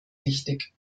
wichtig